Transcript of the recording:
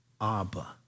Abba